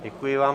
Děkuji vám.